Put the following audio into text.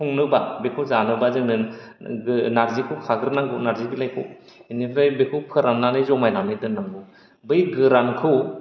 संनोबा बेखौ जानोबा जोङो नारजिखौ खाग्रोनांगौ नारजि बिलायखौ बेनिफ्राय बेखौ फोराननानै जमायनानै दोननांगौ बै गोरानखौ